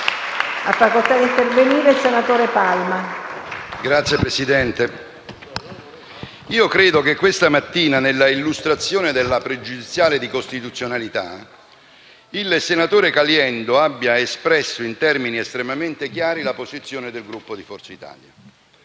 ha facoltà. PALMA *(FI-PdL XVII)*. Signora Presidente, credo che questa mattina, nell'illustrazione della pregiudiziale di costituzionalità, il senatore Caliendo abbia espresso, in termini estremamente chiari, la posizione del Gruppo Forza Italia.